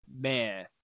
man